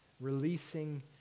releasing